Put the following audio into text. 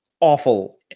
awful